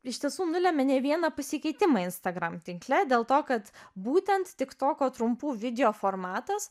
iš tiesų nulemia ne vieną pasikeitimą instagram tinkle dėl to kad būtent tiktoko trumpų video formatas